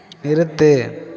நிறுத்து